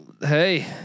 Hey